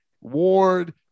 Ward